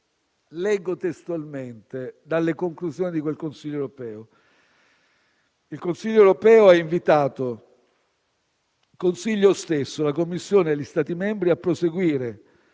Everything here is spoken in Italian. Leggo testualmente dalle conclusioni di quel Consiglio europeo: «Ha invitato il Consiglio stesso, la Commissione e gli Stati membri a proseguire